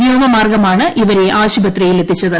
വ്യോമ മാർഗമാണ് ഇവരെ ആശുപത്രിയിൽ എത്തിച്ചത്